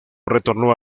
retornó